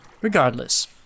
regardless